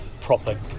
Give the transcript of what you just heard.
proper